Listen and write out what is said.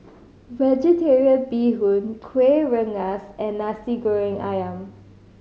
Vegetarian Bee Hoon Kuih Rengas and Nasi Goreng Ayam